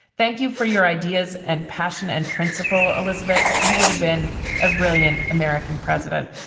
thank you for your ideas and passion and principle. elizabeth, you would have been a brilliant american president.